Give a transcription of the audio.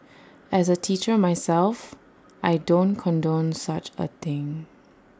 as A teacher myself I don't condone such A thing